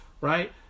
right